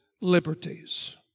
liberties